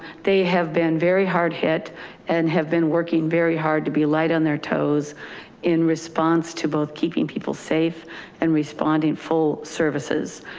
they have been very hard hit and have been working very hard to be light on their toes in response to both keeping people safe and responding full services.